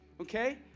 okay